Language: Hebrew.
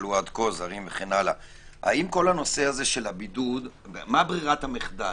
מה ברירת המחדל